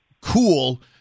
cool